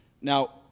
Now